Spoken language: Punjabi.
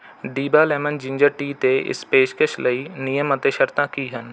ਡਿਬਹਾ ਲੈਮਨ ਜਿੰਜਰ ਟੀ 'ਤੇ ਇਸ ਪੇਸ਼ਕਸ਼ ਲਈ ਨਿਯਮ ਅਤੇ ਸ਼ਰਤਾਂ ਕੀ ਹਨ